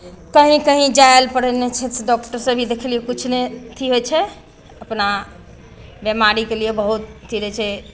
कहीँ कहीँ जाइ लए पड़ै नहि छै तऽ डॉक्टर से भी देखेलियै किछु नहि अथी होइ छै अपना बेमारीके लिये बहुत अथी रहै छै